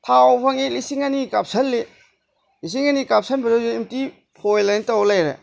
ꯊꯥꯎ ꯐꯪꯏ ꯂꯤꯁꯤꯡ ꯑꯅꯤꯒꯤ ꯀꯥꯞꯁꯤꯜꯂꯤ ꯂꯤꯁꯤꯡ ꯑꯅꯤꯒꯤ ꯀꯥꯞꯁꯤꯟꯕꯗꯁꯨ ꯍꯧꯖꯤꯛ ꯑꯦꯝꯇꯤ ꯐꯣꯏꯜꯑꯅ ꯇꯧ ꯂꯩꯔꯦ